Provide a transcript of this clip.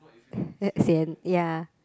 that's sian ya